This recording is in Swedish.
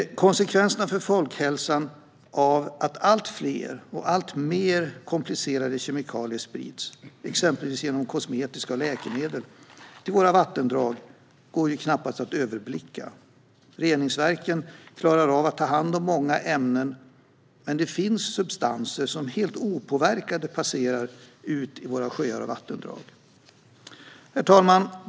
Konsekvenserna för folkhälsan av att allt fler och alltmer komplicerade kemikalier sprids genom exempelvis kosmetika och läkemedel till våra vattendrag går knappast att överblicka. Reningsverken klarar av att ta hand om många ämnen, men det finns substanser som helt opåverkade passerar ut i våra sjöar och vattendrag. Herr talman!